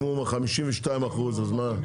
אם הוא 52% אז מה?